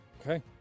Okay